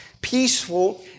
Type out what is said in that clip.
peaceful